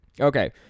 Okay